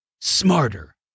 Smarter